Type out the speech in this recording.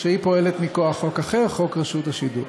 שפועלת מכוח חוק אחר, חוק רשות השידור.